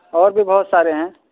اور بھی بہت سارے ہیں